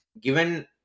given